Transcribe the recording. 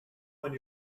when